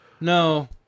No